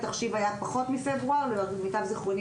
התחשיב היה פחות מפברואר; למיטב זכרוני,